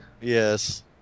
Yes